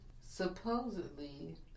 Supposedly